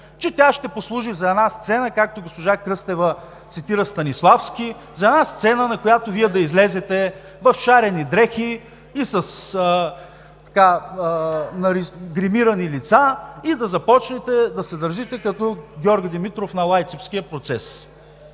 че тя ще послужи за една сцена, както госпожа Кръстева цитира Станиславски, за една сцена, на която Вие да излезете в шарени дрехи и с гримирани лица, и да започнете да се държите като Георги Димитров на Лайпцигския процес.